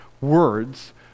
words